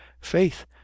faith